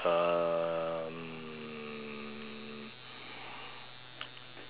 um